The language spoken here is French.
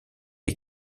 est